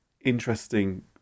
interesting